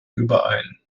überein